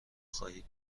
خواهید